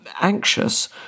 anxious